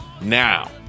Now